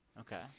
Okay